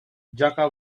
jaka